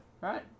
Right